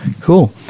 Cool